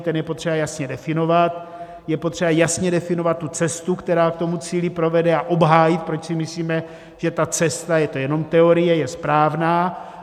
Ten je potřeba jasně definovat, je potřeba jasně definovat tu cestu, která k tomu cíli povede, a obhájit, proč si myslíme, že ta cesta je to jenom teorie je správná.